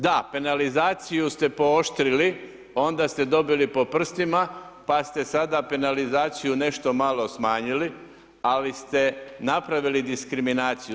Da, penalizaciju ste pooštrili, onda ste dobili po prstima, pa ste sada penalizaciju nešto malo smanjili, ali ste napravili diskriminaciju.